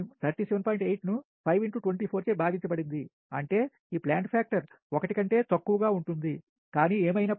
80 ను 5x 24 చే భాగించ బడింది అంటే ఈ ప్లాంట్ ఫాక్టర్ 1 కంటే తక్కువగా ఉంటుందికానీ ఏమైనప్పటికి